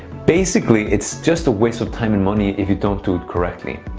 basically, it's just a waste of time and money if you don't do it correctly.